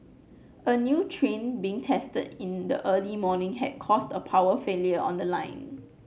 a new train being tested in the early morning had caused a power failure on the line